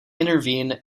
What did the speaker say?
intervene